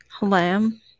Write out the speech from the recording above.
Lamb